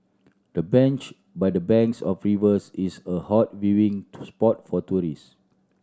the bench by the banks of rivers is a hot viewing to spot for tourist